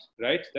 right